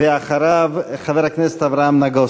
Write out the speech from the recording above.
ואחריו, חבר הכנסת אברהם נגוסה.